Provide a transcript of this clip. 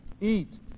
Eat